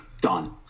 Done